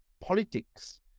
politics